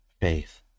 faith